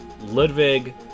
Ludwig